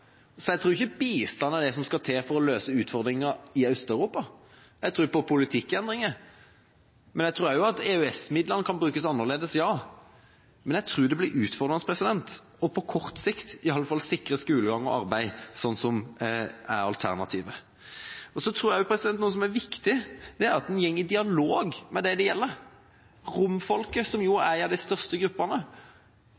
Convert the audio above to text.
så jeg tror ikke bistand er det som skal til for å løse utfordringa i Øst-Europa. Jeg tror på en politikkendring. Jeg tror også at EØS-midlene kan brukes annerledes, men jeg tror det blir utfordrende på kort sikt, iallfall, å sikre skolegang og arbeid, som er alternativet. Så tror jeg at noe som er viktig, er at en går i dialog med dem det gjelder: romfolket, som